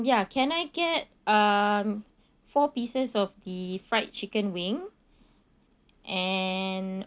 ya can I get um four pieces of the fried chicken wing and